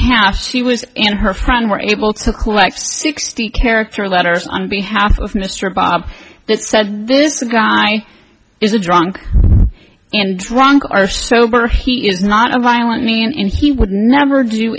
half she was in her friend were able to collect sixty character letters on behalf of mr bob that said this guy is a drunk and drunk are sober he is not a violent meaning he would never do